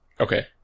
Okay